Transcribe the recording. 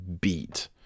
beat